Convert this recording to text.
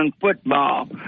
football